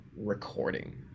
recording